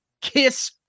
KISS